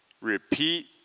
Repeat